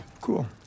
Cool